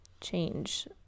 change